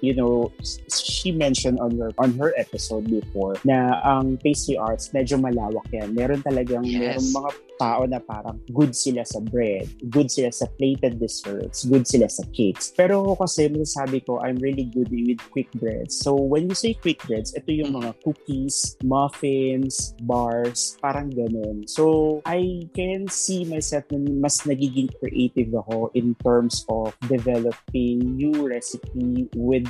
you know, s- s- she mentioned on her- on her episode before na ang pastry arts medyo malawak yan. Meron talagang- Yes. merong mga tao na parang good sila sa bread, good sila sa plated desserts, good sila sa cakes. Pero ako kasi, masasabi ko, I'm really good with quick breads. So when you say quick breads, ito yung Mhm. mga cookies, muffins, bars, parang ganun. So I can see myself na mas nagiging creative ako in terms of developing new recipe with